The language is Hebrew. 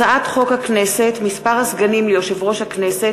הצעת חוק הכנסת (מספר הסגנים ליושב-ראש הכנסת